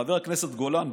חבר הכנסת גולן,